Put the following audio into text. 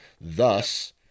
Thus